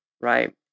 right